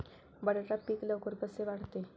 बटाटा पीक लवकर कसे वाढते?